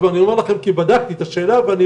אז אנחנו פשוט לא